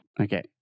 Okay